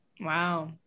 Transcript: Wow